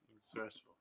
stressful